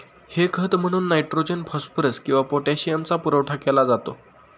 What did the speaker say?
हे खत म्हणून नायट्रोजन, फॉस्फरस किंवा पोटॅशियमचा पुरवठा केला जातो